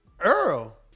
Earl